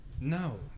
No